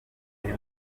biri